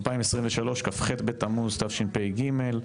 כ"ח בתמוז תשפ"ג.